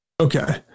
Okay